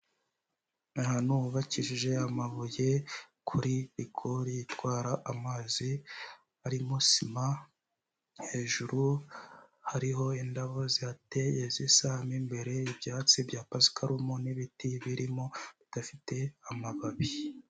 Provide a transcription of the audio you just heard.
Ahantu hubakijije amabuye, kuri rigore itwara amazi arimo sima, hejuru hariho indabo zihateye zisa, mu imbere ibyatsi bya pasiparumu n'ibiti birimo bidafite amababi.